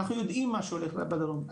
אנחנו יודעים מה שהולך בדרום,